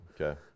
Okay